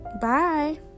Bye